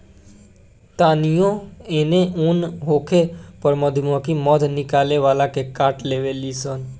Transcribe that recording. तानियो एने ओन होखे पर मधुमक्खी मध निकाले वाला के काट लेवे ली सन